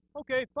okay